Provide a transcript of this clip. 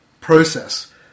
process